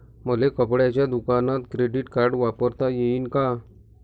मले कपड्याच्या दुकानात क्रेडिट कार्ड वापरता येईन का?